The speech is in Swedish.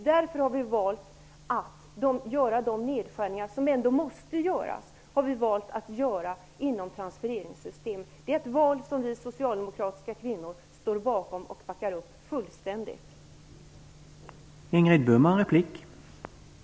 Därför har vi valt att göra de nedskärningar som ändå måste göras inom transfereringssystemen. Det är ett val som vi socialdemokratiska kvinnor står bakom. Vi backar fullständigt upp här.